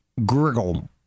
griggle